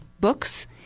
books